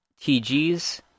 TGs